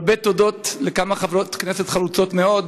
הרבה תודות לכמה חברות כנסת חרוצות מאוד,